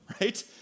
right